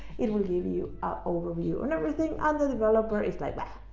it will give you an overview and everything under developer is like blahh